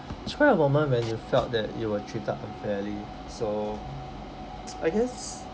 try a moment when you felt that you were treated unfairly so I guess